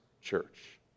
church